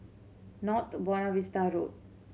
North Buona Vista Road